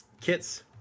kits